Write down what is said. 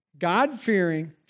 God-fearing